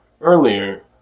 earlier